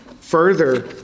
further